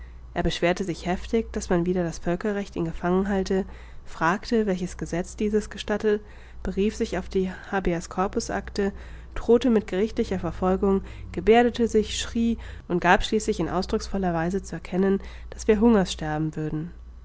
er beschwerte sich heftig daß man wider das völkerrecht ihn gefangen halte fragte welches gesetz dieses gestatte berief sich auf die habeas corpus acte drohte mit gerichtlicher verfolgung geberdete sich schrie und gab schließlich in ausdrucksvoller weise zu erkennen daß wir hungers sterben würden